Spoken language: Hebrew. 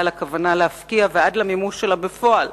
על הכוונה להפקיע ועד למימוש שלה בפועל,